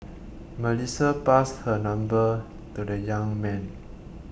Melissa passed her number to the young man